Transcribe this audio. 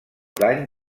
dany